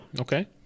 Okay